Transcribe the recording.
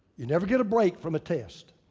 you never get a break from a test.